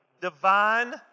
Divine